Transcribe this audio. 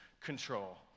control